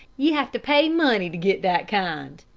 ye have to pay money to get that kind.